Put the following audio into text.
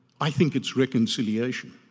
i think it's reconciliation,